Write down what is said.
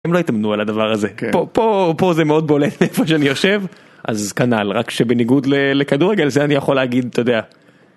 הם לא התאמנו על הדבר הזה פה פה זה מאוד בולט איפה שאני יושב אז כנ"ל רק שבניגוד לכדורגל זה אני יכול להגיד אתה יודע.